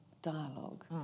dialogue